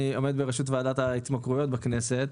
עומד בראשות ועדת ההתמכרויות בכנסת,